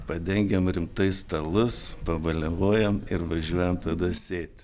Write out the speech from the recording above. padengiame rimtai stalus pabaliavojam ir važiuojam tada sėti